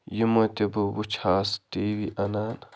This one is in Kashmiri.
یِمو تہِ بہٕ وٕچھہَس ٹی وی اَنان